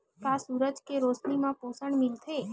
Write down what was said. का सूरज के रोशनी म पोषण मिलथे?